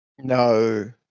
No